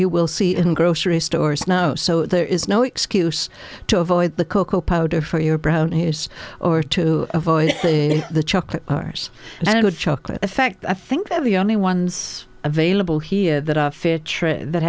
you will see in grocery stores now so there is no excuse to avoid the cocoa powder for your brown ears or to avoid the chocolate and it would chocolate in fact i think that the only ones available here that